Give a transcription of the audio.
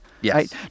Yes